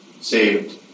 saved